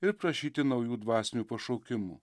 ir prašyti naujų dvasinių pašaukimų